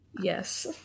Yes